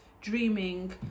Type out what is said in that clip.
dreaming